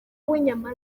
w’inyama